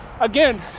again